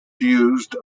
used